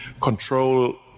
control